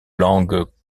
langues